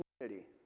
community